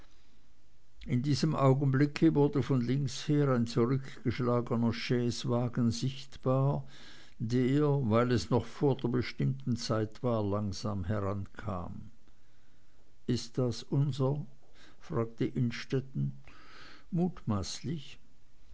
in diesem augenblick wurde von links her ein zurückgeschlagener chaisewagen sichtbar der weil es noch vor der bestimmten zeit war langsam herankam ist das unser fragte innstetten mutmaßlich